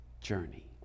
journey